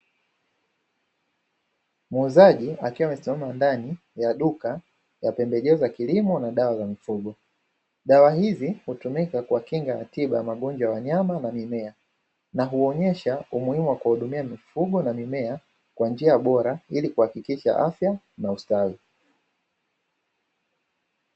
Muuzaji akiwa amesimama ndani ya duka la pembejeo za kilimo na dawa za mifugo. Dawa hizi hutumika kuwa kinga na tiba ya magonjwa ya wanyama na mimea na huonesha umuhimu wa kuwahudumia mifugo na mimea kwa njia bora, ili kuhakikisha afya na ustawi.